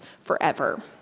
forever